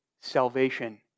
salvation